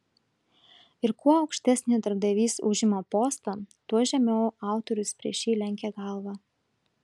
ir kuo aukštesnį darbdavys užima postą tuo žemiau autorius prieš jį lenkia galvą